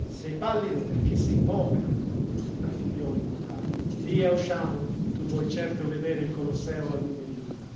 sei pallido perché sei povero raffibbiò il currao via usciamo tu vuoi certo vedere il colosseo al lume di luna